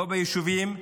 לא ביישובים,